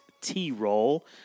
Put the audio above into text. T-Roll